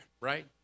right